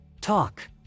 Talk